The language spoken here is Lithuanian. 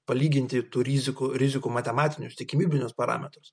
palyginti tų rizikų rizikų matematinius tikimybinius parametrus